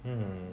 hmm